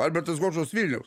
albertas goštautas vilniaus